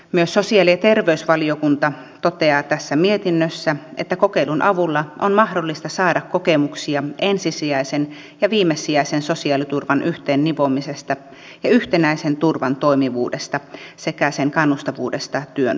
myös sosiaali ja terveysvaliokunta toteaa tässä mietinnössä että kokeilun avulla on mahdollista saada kokemuksia ensisijaisen ja viimesijaisen sosiaaliturvan yhteen nivomisesta ja yhtenäisen turvan toimivuudesta sekä sen kannustavuudesta työn vastaanottamiseen